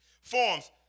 Forms